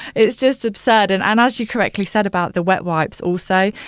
it's just absurd. and and as you correctly said about the wet wipes also,